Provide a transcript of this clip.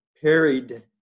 parried